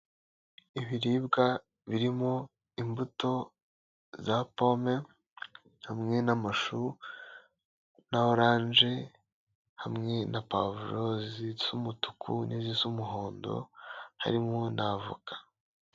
Ibiribwa birimo imbuto za pome, hamwe n’amashu, na orange, hamwe na pavro z'umutuku, n'iz'umuhondo, harimo n’avoka.